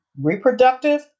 Reproductive